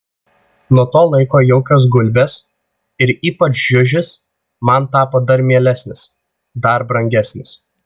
nuo to laiko jaukios gulbės ir ypač žiužis man tapo dar mielesnis dar brangesnis